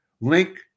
link